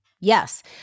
Yes